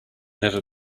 never